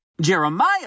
Jeremiah